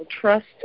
trust